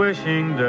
Wishing